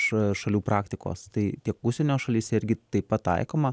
ša šalių praktikos tai tiek užsienio šalyse irgi taip pat taikoma